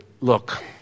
Look